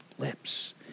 lips